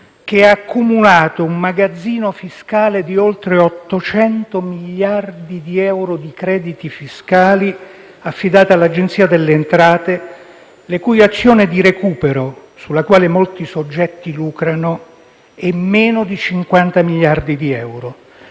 che ha accumulato un magazzino fiscale di oltre 800 miliardi di euro di crediti fiscali affidati all'Agenzia delle entrate, la cui azione di recupero, sulla quale molti soggetti lucrano, è pari a meno di 50 miliardi di euro.